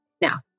Now